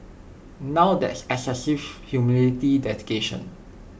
now that's excessive humility dedication